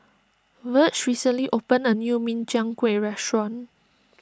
Virge recently opened a new Min Chiang Kueh restaurant